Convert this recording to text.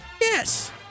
Yes